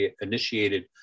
initiated